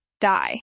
die